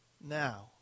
now